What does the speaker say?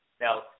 Now